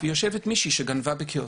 ויושבת מישהו שגנבה בקיוסק.